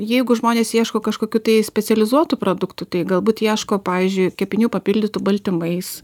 jeigu žmonės ieško kažkokių tai specializuotų produktų tai galbūt ieško pavyzdžiui kepinių papildytų baltymais